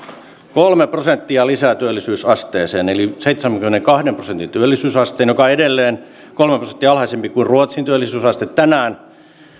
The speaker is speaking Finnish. kolme prosenttia lisää työllisyysasteeseen eli seitsemänkymmenenkahden prosentin työllisyysasteen joka on edelleen kolme prosenttia alhaisempi kuin ruotsin työllisyysaste tänään